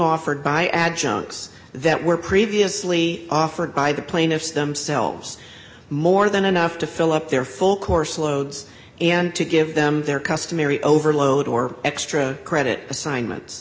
offered by adjuncts that were previously offered by the plaintiffs themselves more than enough to fill up their full course loads and to give them their customary overload or extra credit assignments